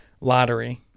lottery